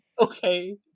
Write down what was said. Okay